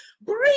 breathe